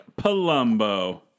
Palumbo